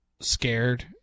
scared